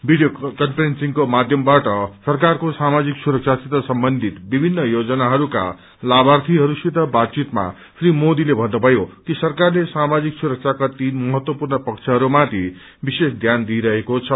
video कन्फ्रेन्सिङ्को माध्यमबाट सरकारको सामाजिक सुरक्षसित सम्बन्धित विभिन्न योजनाइस्का लाभार्थीहरूसित बातचितमा श्री मोदीले भन्नुभयो कि सरकारले साामाजिक सुरक्षाका तीन महत्वपूर्ण पक्षहरूमाथि विश्रेष ध्यान दिइरहेको छ